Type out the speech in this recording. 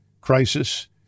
crisis